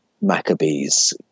Maccabees